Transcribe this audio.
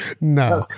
No